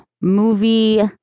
movie